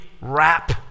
rap